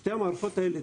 שתי המערכות האלה,